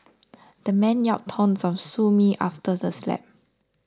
the man yelled taunts of sue me after the slap